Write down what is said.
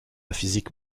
physique